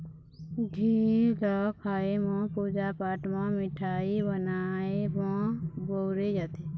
घींव ल खाए म, पूजा पाठ म, मिठाई बनाए म बउरे जाथे